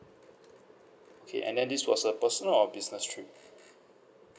okay and then this was a personal or business trip